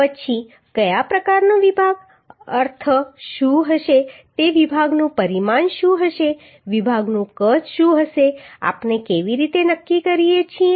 પછી કયા પ્રકારનો અર્થ શું હશે તે વિભાગનું પરિમાણ શું હશે વિભાગનું કદ શું હશે આપણે કેવી રીતે નક્કી કરીએ છીએ